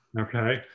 okay